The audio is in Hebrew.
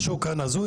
משהו כאן הזוי.